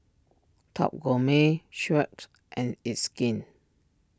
Top Gourmet Schick and It's Skin